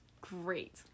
great